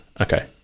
okay